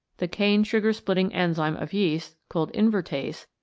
the cane-sugar-splitting enzyme of yeast, called invertase,